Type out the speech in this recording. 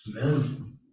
Amen